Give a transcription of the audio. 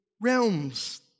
realms